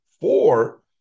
four